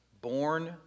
Born